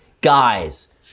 guys